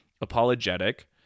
apologetic